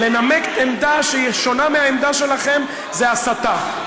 לנמק עמדה שהיא שונה מהעמדה שלכם זה הסתה,